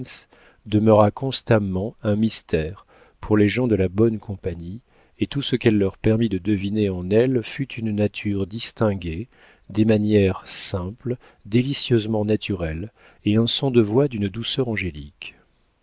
demeura constamment un mystère pour les gens de la bonne compagnie et tout ce qu'elle leur permit de deviner en elle fut une nature distinguée des manières simples délicieusement naturelles et un son de voix d'une douceur angélique